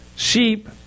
sheep